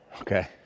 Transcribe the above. Okay